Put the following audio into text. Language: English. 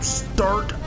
start